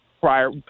prior